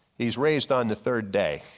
he's raised on the third day.